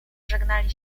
żegnali